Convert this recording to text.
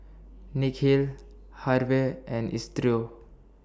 Nikhil Harve and Isidro